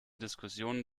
diskussionen